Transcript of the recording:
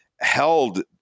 held